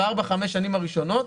בארבע-חמש שנים הראשונות,